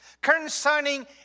Concerning